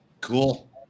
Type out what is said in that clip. Cool